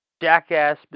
Jackass